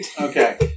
Okay